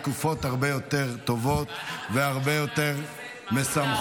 בתקופות הרבה יותר טובות והרבה יותר משמחות.